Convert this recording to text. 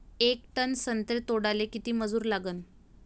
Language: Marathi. येक टन संत्रे तोडाले किती मजूर लागन?